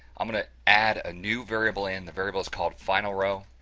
i'm going to add a new variable in, the variable is called finalrow,